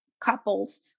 couples